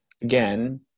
again